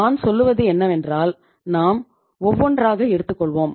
நான் சொல்லுவது என்னவென்றால் நாம் ஒவ்வொன்றாக எடுத்துக்கொள்வோம்